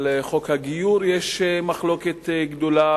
על חוק הגיור יש מחלוקת גדולה,